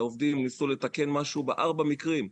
העובדים ניסו לתקן משהו בארבעה מקרים,